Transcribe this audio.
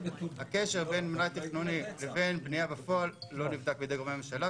הקשר בין מלאי תכנוני לבין בנייה בפועל לא נבדק בידי גורמי הממשלה.